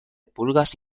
pulgas